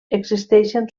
existeixen